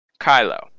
Kylo